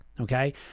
okay